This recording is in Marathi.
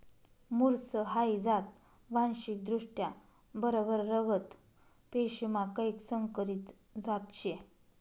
मुर्स हाई जात वांशिकदृष्ट्या बरबर रगत पेशीमा कैक संकरीत जात शे